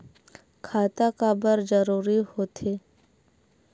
खाता काबर जरूरी हो थे?